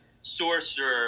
sorcerer